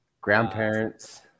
grandparents